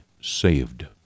saved